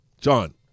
John